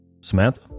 Samantha